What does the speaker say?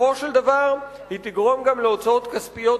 בסופו של דבר היא תגרום גם להוצאות כספיות